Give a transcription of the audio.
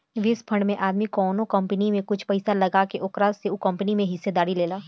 निवेश फंड में आदमी कवनो कंपनी में कुछ पइसा लगा के ओकरा से उ कंपनी में हिस्सेदारी लेला